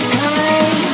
time